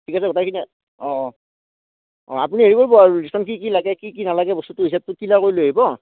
ঠিক আছে গোটাইখিনি অঁ অঁ অঁ আপুনি হেৰি কৰিব আৰু কি কি লাগে কি কি নালাগে বস্তুটো হিচাপটো ক্লিয়াৰ কৰি লৈ আহিব